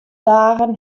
dagen